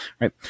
right